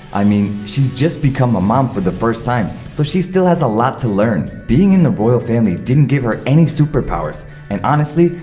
i mean, she's just become a mom for the first time so she still has a lot to learn. being in the royal family didn't give her any superpowers and honestly,